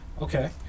Okay